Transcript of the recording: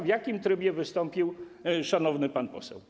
W jakim trybie wystąpił szanowny pan poseł?